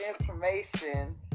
information